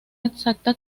exacta